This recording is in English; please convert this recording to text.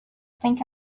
think